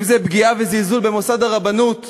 אם זה פגיעה וזלזול במוסד הרבנות והרבנים,